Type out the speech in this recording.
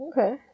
okay